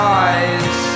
eyes